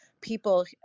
people